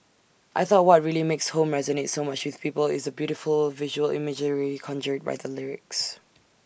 I thought what really makes home resonate so much with people is the beautiful visual imagery conjured by the lyrics